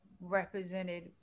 represented